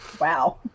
Wow